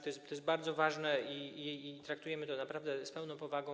To jest bardzo ważne i traktujemy to naprawdę z pełną powagą.